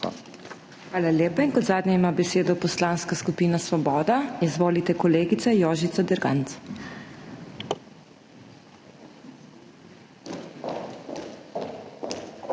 Hvala lepa. Kot zadnja ima besedo Poslanska skupina Svoboda. Izvolite, kolegica Jožica Derganc.